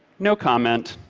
no comment.